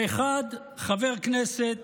האחד, חבר כנסת